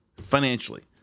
financially